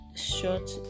short